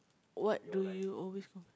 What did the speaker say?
what do you always